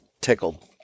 tickled